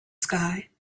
sky